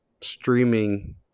streaming